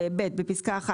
(4)"; בפסקה (1),